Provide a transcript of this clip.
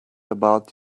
about